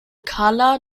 karla